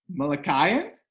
Malakian